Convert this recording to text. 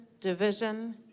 division